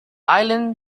island